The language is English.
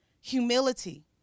Humility